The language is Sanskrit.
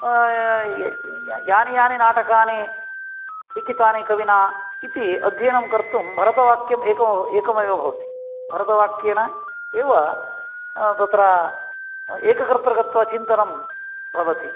यानि यानि नाटकानि लिखितानि कविना इति अध्ययनं कर्तुं भरतवाक्यम् एकमेव भवति भरतवाक्येन एव तत्र एककतृकत्वा चिन्तनं भवति